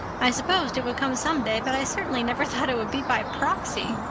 i supposed it would come some day but i certainly never thought it would be by proxy.